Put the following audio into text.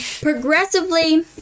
Progressively